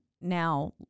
now